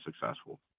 successful